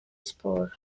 sport